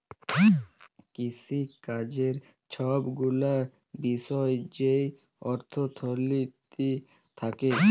কিসিকাজের ছব গুলা বিষয় যেই অথ্থলিতি থ্যাকে